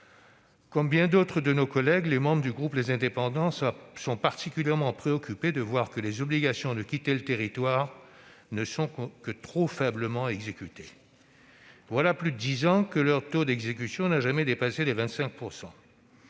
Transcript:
Comme bien d'autres de nos collègues, les membres du groupe Les Indépendants sont particulièrement préoccupés de voir que les obligations de quitter le territoire ne sont que trop faiblement exécutées. Voilà plus de dix ans que leur taux d'exécution n'a jamais dépassé les 25 %.